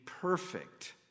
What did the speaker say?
perfect